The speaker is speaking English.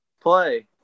play